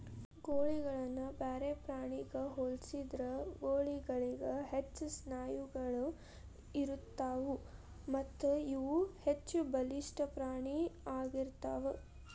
ಗೂಳಿಗಳನ್ನ ಬೇರೆ ಪ್ರಾಣಿಗ ಹೋಲಿಸಿದ್ರ ಗೂಳಿಗಳಿಗ ಹೆಚ್ಚು ಸ್ನಾಯುಗಳು ಇರತ್ತಾವು ಮತ್ತಇವು ಹೆಚ್ಚಬಲಿಷ್ಠ ಪ್ರಾಣಿ ಆಗಿರ್ತಾವ